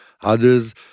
others